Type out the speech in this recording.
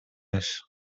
عشق